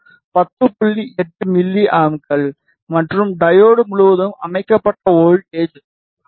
8 எம்ஏக்கள் மற்றும் டையோடு முழுவதும் அமைக்கப்பட்ட வோல்ட்டேஜ் 0